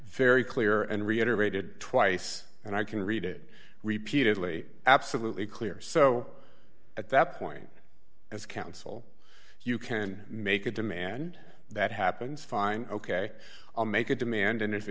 very clear and reiterated twice and i can read it repeatedly absolutely clear so at that point as counsel you can make a demand that happens fine ok i'll make a demand and if it